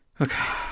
Okay